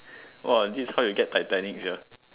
!wah! this is how you get Titanic sia